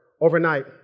overnight